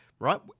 right